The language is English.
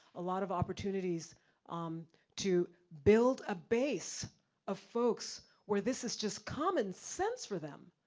a lot of opportunities um to build a base of folks, where this is just common sense for them.